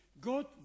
God